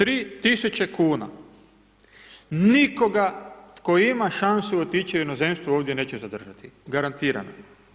Tri tisuće kuna nikoga tko ima šansu otići u inozemstvo ovdje neće zadržati, garantirano.